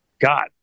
God